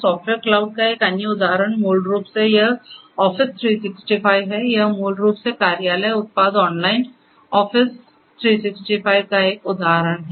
software cloud का एक अन्य उदाहरण मूल रूप से यह Office 365 है यह मूल रूप से कार्यालय उत्पाद ऑनलाइन Office 365 का एक उदाहरण है